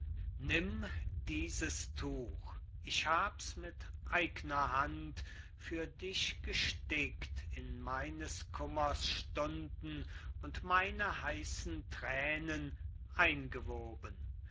nimm dieses tuch ich hab's mit eigner hand für dich gestickt in meines kummers stunden und meine heißen tränen eingewoben